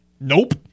Nope